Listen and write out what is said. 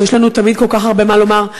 שיש לנו תמיד כל כך הרבה מה לומר.